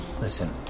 Listen